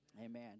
amen